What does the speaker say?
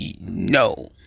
no